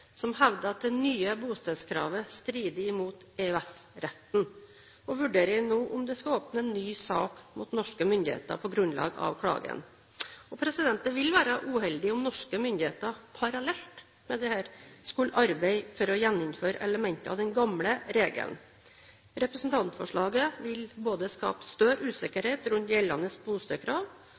som hevder at det nye bostedskravet strider mot EØS-retten, og vurderer nå om det skal åpnes en ny sak mot norske myndigheter på grunnlag av klagen. Det vil være uheldig om norske myndigheter parallelt med dette skulle arbeide for å gjeninnføre elementer av den gamle regelen. Representantforslaget vil både skape større usikkerhet rundt gjeldende